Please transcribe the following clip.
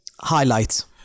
highlights